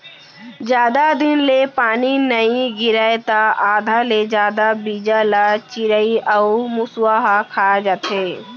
जादा दिन ले पानी नइ गिरय त आधा ले जादा बीजा ल चिरई अउ मूसवा ह खा जाथे